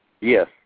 Yes